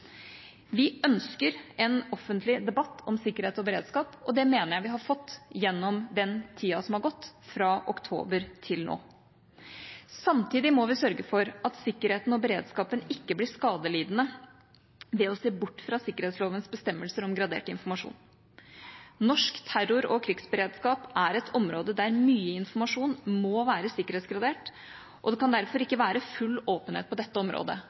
Vi ønsker en offentlig debatt om sikkerhet og beredskap, og det mener jeg vi har fått gjennom den tida som har gått fra oktober til nå. Samtidig må vi sørge for at sikkerheten og beredskapen ikke blir skadelidende ved å se bort fra sikkerhetslovens bestemmelser om gradert informasjon. Norsk terror- og krigsberedskap er et område der mye informasjon må være sikkerhetsgradert, og det kan derfor ikke være full åpenhet på dette området.